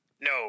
No